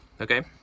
Okay